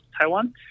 Taiwan